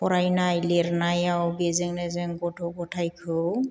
फरायनाय लिरनायाव बेजोंनो जों गथ' गथायखौ